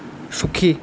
সুখী